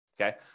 okay